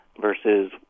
versus